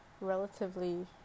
relatively